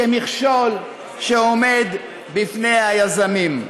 כמכשול שעומד בפני היזמים.